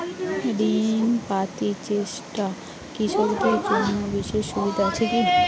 ঋণ পাতি চেষ্টা কৃষকদের জন্য বিশেষ সুবিধা আছি কি?